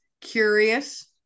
curious